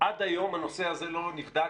עד היום הנושא הזה לא נבדק,